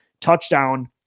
touchdown